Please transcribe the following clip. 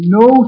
no